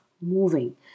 moving